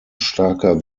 starker